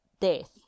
Death